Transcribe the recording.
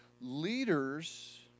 leaders